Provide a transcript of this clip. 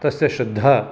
तस्य श्रद्धा